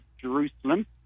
Jerusalem